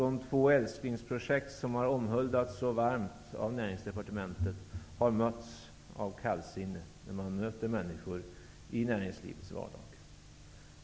De två älsklingsprojekt som har omhuldats så varmt av Näringsdepartementet har mötts av kallsinne bland människor i näringslivets vardag.